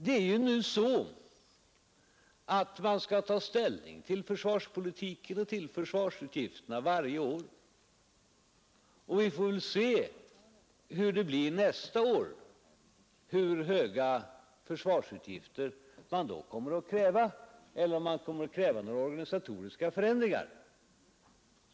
Det är ju så att vi skall ta ställning till försvarspolitiken och försvarsutgifterna varje år, och vi får väl se hur det blir nästa år — hur höga försvarsutgifter man då kommer att kräva, eller om man kommer att kräva några organisatoriska förändringar.